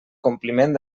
compliment